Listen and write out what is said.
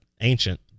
ancient